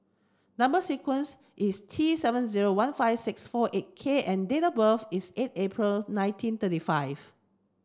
number sequence is T seven zero one five six four eight K and date birth is eight April nineteen thirty five